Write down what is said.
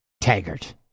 Taggart